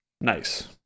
Nice